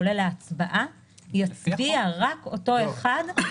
יהיה בעל זכות הצבעה רק בעניינים המנויים בפסקאות (3) ו-(4); (ג)